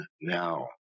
now